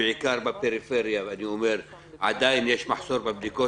בעיקר בפריפריה עדיין יש מחסור בבדיקות